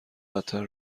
بدتر